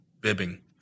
bibbing